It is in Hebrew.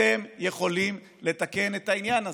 אתם יכולים לתקן את העניין הזה.